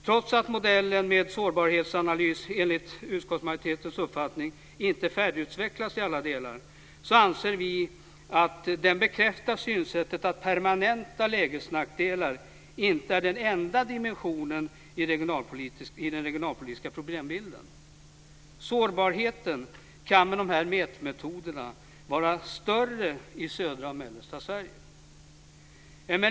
Trots att modellen med sårbarhetsanalys enligt utskottsmajoritetens uppfattning inte är färdigutvecklad i alla delar, anser vi att den bekräftar synsättet att permanenta lägesnackdelar inte är den enda dimensionen i den regionalpolitiska problembilden. Sårbarheten kan med dessa mätmetoder vara större i södra och mellersta Sverige.